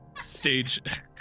Stage